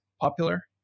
popular